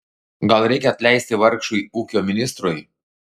gal reikia atleisti vargšui ūkio ministrui